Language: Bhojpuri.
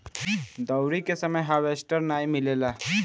दँवरी के समय हार्वेस्टर नाइ मिलेला